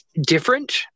different